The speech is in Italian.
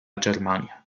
germania